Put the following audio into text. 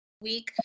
week